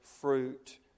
fruit